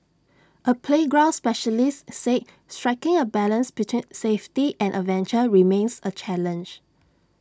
A playground specialist said striking A balance between safety and adventure remains A challenge